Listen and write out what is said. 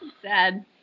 Sad